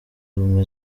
ubumwe